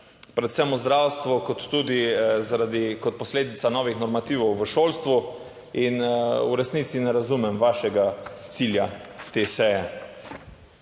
predvsem v zdravstvu kot tudi zaradi, kot posledica novih normativov v šolstvu. In v resnici ne razumem vašega cilja te